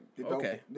Okay